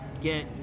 get